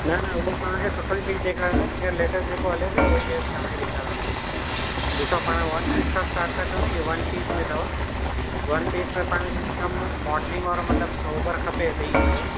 न न हूंव तव्हां खे सुठो ई पीस ॾेखारंदसि इहो लेटेस्ट जेको हले पियो उहो हीउ ड्रेस तव्हांखे ॾेखारियां थो ॾिसो पाण वनपीस खां स्टार्ट था कयूं इहो वनपीस में अथव वनपीस में पाण हिकदमि मॉडलिंग वारो मतलबु सोभर खपे त हीउ अथव